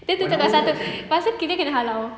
dia tutup pukul satu lepastu kita kena halau